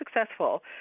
successful